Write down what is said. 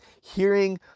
hearing